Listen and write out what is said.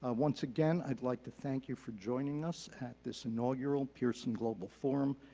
ah once again, i'd like to thank you for joining us at this inaugural pearson global forum,